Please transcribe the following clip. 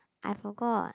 I forgot